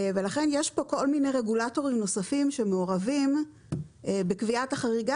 ולכן יש פה כל מיני רגולטורים נוספים שמעורבים בקביעת החריגה